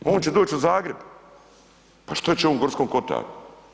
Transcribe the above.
On će doći u Zagreb, pa što će on u Gorskom Kotaru?